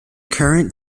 current